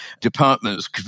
departments